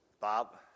Bob